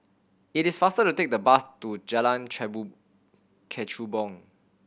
it is faster to take the bus to Jalan Kechubong